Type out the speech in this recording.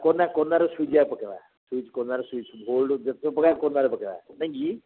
କୋନାର କୋନାର ସୁଇଚ୍ ଏକା ପକେଇବା ସୁଇଚ୍ କୋନାର ସୁଇଚ୍ ଭୋଲ୍ଟ୍ ଯେତେ ପକେଇବା କୋନାର ପକେଇବା ନାଇଁକି କି